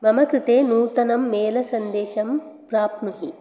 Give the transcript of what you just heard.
मम कृते नूतनं मेलसन्देशं प्राप्नुहि